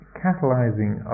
catalyzing